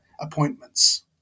appointments